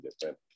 different